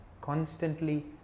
constantly